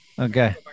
Okay